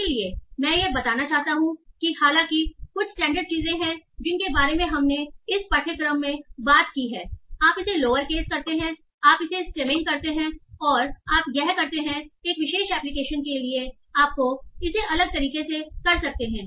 इसलिए मैं यह बताना चाहता हूं कि हालांकि कुछ स्टैंडर्ड चीजें हैं जिनके बारे में हमने इस पाठ्यक्रम में बात की है आप इसे लोअर केस करते हैं आप इसे स्टेमिंग करते हैं और आप यह करते हैं और एक विशेष एप्लिकेशन के लिए आपको इसे अलग तरीके से कर सकते है